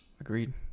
Agreed